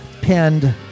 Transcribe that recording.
pinned